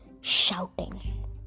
shouting